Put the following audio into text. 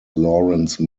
laurence